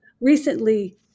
recently